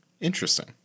Interesting